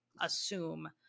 assume